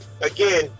again